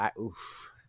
oof